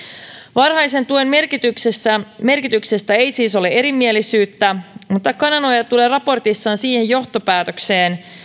varhaisen tuen merkityksestä merkityksestä ei siis ole erimielisyyttä mutta kananoja tulee raportissaan siihen johtopäätökseen